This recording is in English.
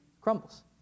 crumbles